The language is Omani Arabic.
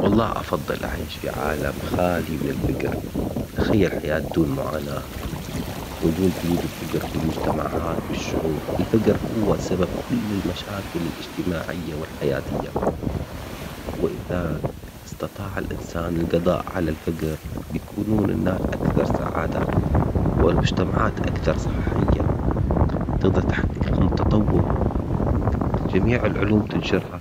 والله افضل اعيش في عالم خالي من الفقر. تخيل حياة دون معاناة ودون قيود الفقر في المجتمعات بالشعوب. الفقر هو سبب كل المشاكل الاجتماعية والحياتية. وايثاق استطاع الانسان القضاء على الفقر بيكونون الناس اكثر والمجتمعات اكثر صحية. تقدر تحدث لهم التطور جميع العلوم تنشرها